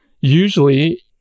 usually